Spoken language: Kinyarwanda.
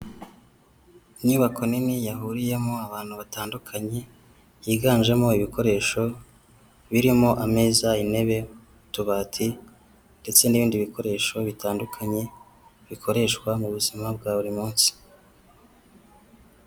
Inyubako nini yahuriyemo abantu batandukanye yiganjemo ibikoresho birimo ameza, intebe, utubati ndetse n'ibindi bikoresho bitandukanye bikoreshwa mu buzima bwa buri munsi.